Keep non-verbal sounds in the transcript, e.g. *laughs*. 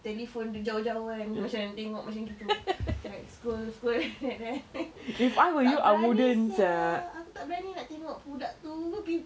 telephone jauh-jauh kan macam tengok macam itu like scroll scroll *laughs* like that *breath* tak berani sia aku tak berani nak tengok budak tu